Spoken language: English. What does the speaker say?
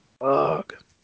Fuck